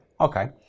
Okay